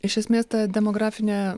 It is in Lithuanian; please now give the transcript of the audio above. iš esmės ta demografinė